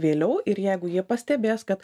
vėliau ir jeigu jie pastebės kad